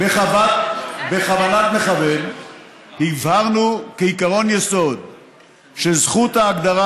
בכוונת מכוון הבהרנו כעקרון יסוד שזכות ההגדרה